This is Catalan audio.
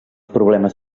problemes